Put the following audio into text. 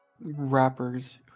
rappers